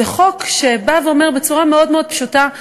זה חוק שבא ואומר בצורה מאוד מאוד פשוטה,